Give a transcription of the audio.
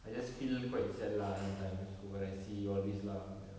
I just feel quite sad lah sometimes when I see all this lah ya